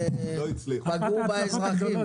ההפרטות שפגעו באזרחים.